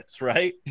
right